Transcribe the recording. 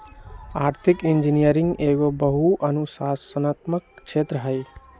आर्थिक इंजीनियरिंग एहो बहु अनुशासनात्मक क्षेत्र हइ